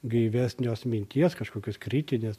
gaivesnios minties kažkokios kritinės